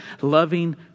loving